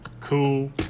Cool